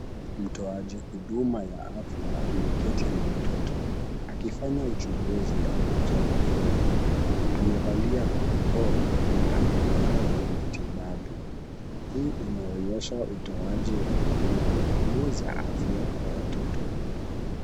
Mtoaji wa huduma ya afya ameketi na mtoto akifanya uchunguzi au kujaza fomu. Amevalia barakoa na ana vifaa vya matibabu. Hii inaonyesha utoaji wa huduma muhimu za afya kwa watoto.